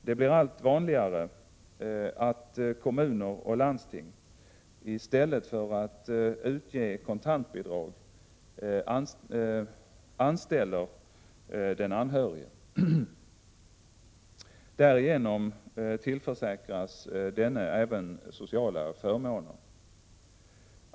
Det blir allt vanligare att kommuner och landsting —i stället för att utge kontantbidrag — anställer den anhörige. Därigenom tillförsäkras denne även sociala förmåner.